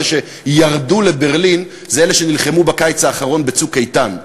אלה שירדו לברלין זה אלה שנלחמו בקיץ האחרון ב"צוק איתן".